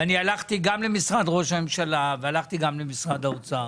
ואני הלכתי גם למשרד ראש הממשלה והלכתי גם למשרד האוצר